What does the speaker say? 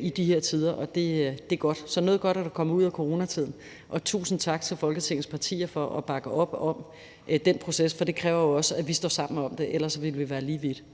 i de her tider, og det er godt. Så noget godt er der kommet ud af coronatiden. Tusind tak til Folketingets partier for at bakke op om den proces, for det kræver jo også, at vi står sammen om det – ellers ville vi være lige vidt.